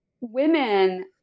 women